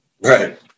right